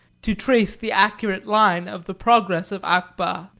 to trace the accurate line of the progress of akbah.